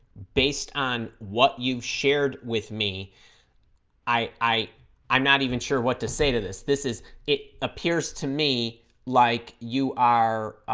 based on what you shared with me i i'm not even sure what to say to this this is it appears to me like you are